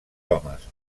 homes